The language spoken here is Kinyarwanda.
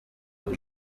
muri